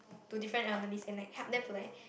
to different elderlies and like help them to like